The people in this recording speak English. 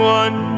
one